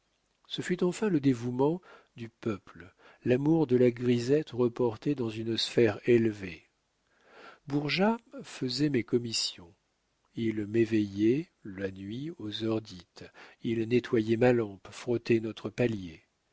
ce fut enfin le dévouement du peuple l'amour de la grisette reporté dans une sphère élevée bourgeat faisait mes commissions il m'éveillait la nuit aux heures dites il nettoyait ma lampe frottait notre palier